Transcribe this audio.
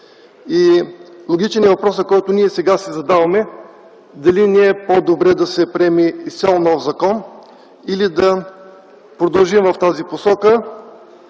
и логичен е въпросът, който сега си задаваме, дали не е по-добре да се приеме изцяло нов закон, или да продължим в тази посока,